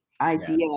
idea